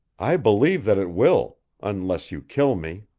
i believe that it will unless you kill me.